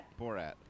Borat